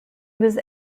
was